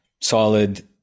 Solid